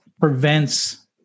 prevents